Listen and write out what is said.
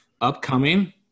upcoming